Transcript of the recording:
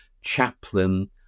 chaplain